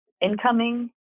incoming